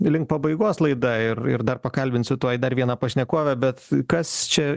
link pabaigos laida ir ir dar pakalbinsiu tuoj dar vieną pašnekovę bet kas čia